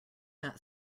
not